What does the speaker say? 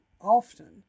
often